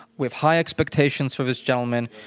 we have high expectations for this gentleman.